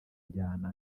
njyana